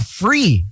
free